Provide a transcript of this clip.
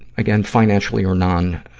again, financially or non,